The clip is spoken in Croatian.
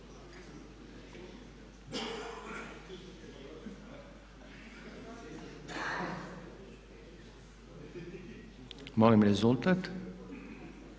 Molim rezultat.